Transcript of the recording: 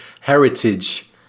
heritage